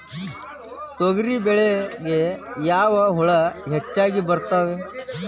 ತೊಗರಿ ಒಳಗ ಯಾವ ಹುಳ ಹೆಚ್ಚಾಗಿ ಬರ್ತವೆ?